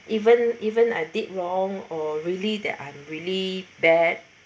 even even I did wrong or really that I'm really bad